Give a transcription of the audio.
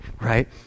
right